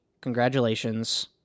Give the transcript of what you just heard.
Congratulations